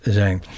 zijn